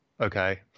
okay